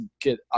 get